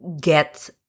Get